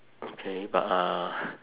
okay but uh